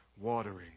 watering